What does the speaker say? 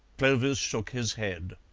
clovis shook his head.